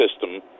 system